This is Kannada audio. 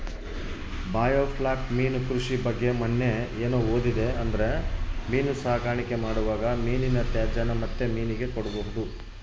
ಬಾಯೋಫ್ಲ್ಯಾಕ್ ಮೀನು ಕೃಷಿ ಬಗ್ಗೆ ಮನ್ನೆ ಏನು ಓದಿದೆ ಅಂದ್ರೆ ಮೀನು ಸಾಕಾಣಿಕೆ ಮಾಡುವಾಗ ಮೀನಿನ ತ್ಯಾಜ್ಯನ ಮತ್ತೆ ಮೀನಿಗೆ ಕೊಡಬಹುದು